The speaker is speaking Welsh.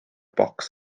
bocs